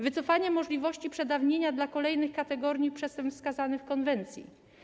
Wycofano możliwość przedawnienia dla kolejnych kategorii przestępstw wskazanych w konwencji.